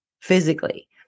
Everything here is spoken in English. physically